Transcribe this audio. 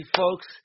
folks